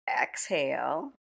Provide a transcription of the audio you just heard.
exhale